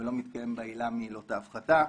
ולא מתקיימת בה עילה מעילות ההפחתה.